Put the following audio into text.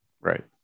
Right